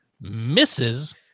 misses